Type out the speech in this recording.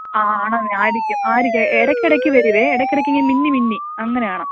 ആ ആണോ ആയിരിക്കും ആയിരിക്കും ഇടയ്ക്കിടയ്ക്ക് വരുമേ ഇടയ്ക്കിടയ്ക്ക് ഇങ്ങനെ മിന്നി മിന്നി അങ്ങനെയാണ്